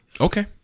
Okay